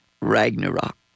Ragnarok